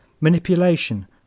manipulation